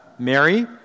Mary